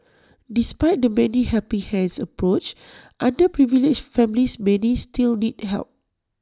despite the 'many helping hands' approach underprivileged families many still need help